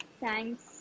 Thanks